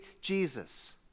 Jesus